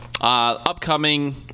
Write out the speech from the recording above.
Upcoming